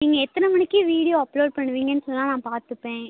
நீங்கள் எத்தனை மணிக்கு வீடியோ அப்லோட் பண்ணுவீங்கன்னு சொன்னால் நான் பார்த்துப்பேன்